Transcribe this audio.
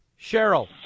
Cheryl